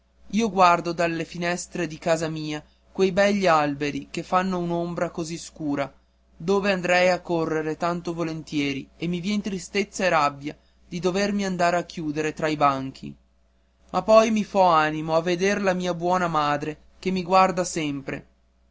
io guardo dalle finestre di casa quei begli alberi che fanno un'ombra così scura dove andrei a correre tanto volentieri e mi vien tristezza e rabbia di dovermi andar a chiudere tra i banchi ma poi mi fo animo a veder la mia buona madre che mi guarda sempre